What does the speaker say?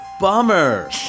bummer